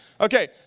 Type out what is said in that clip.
Okay